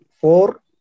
four